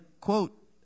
quote